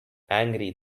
angry